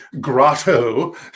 grotto